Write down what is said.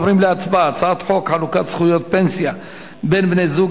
עוברים להצבעה על הצעת חוק חלוקת זכויות פנסיה בין בני-זוג,